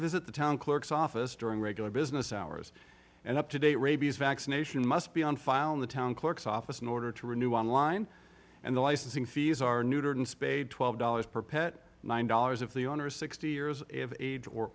visit the town clerk's office during regular business hours and up to date rabies vaccination must be on file in the town clerk's office in order to renew online and the licensing fees are neutered spayed twelve dollars per pet nine dollars if the owner is sixty years of age or